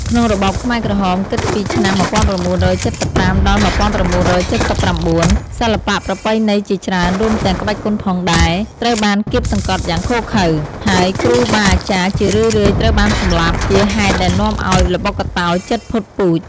ក្នុងរបបខ្មែរក្រហម គិតពីឆ្នាំ ១៩៧៥ ដល់ ១៩៧៩ សិល្បៈប្រពៃណីជាច្រើន រួមទាំងក្បាច់គុនផងដែរ ត្រូវបានគាបសង្កត់យ៉ាងឃោរឃៅ ហើយគ្រូបាអាចារ្យជារឿយៗត្រូវបានសម្លាប់ ជាហេតុដែលនាំឱ្យល្បុក្កតោជិតផុតពូជ។